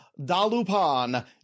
Dalupan